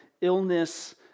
illness